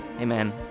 Amen